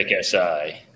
Si